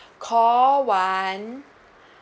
call one